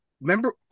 remember